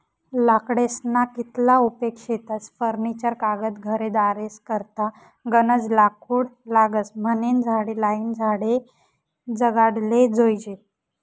लाकडेस्ना कितला उपेग शेतस फर्निचर कागद घरेदारेस करता गनज लाकूड लागस म्हनीन झाडे लायीन झाडे जगाडाले जोयजे